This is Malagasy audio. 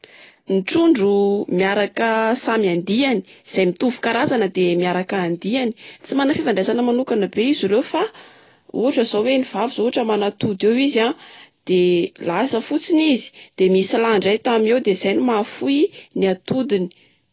Ny trondro miaraka samy andiany, izay mitovy karazana dia miaraka andiany. Tsy manana fifandraisana manokana be izy ireo fa, ohatra zao hoe ny vavy zao ohatra manatody eo izy a, de lasa fotsiny izy. De misy lahy ndray tamy hoe de izay no mahafohy ny atodiny.